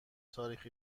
تاریخ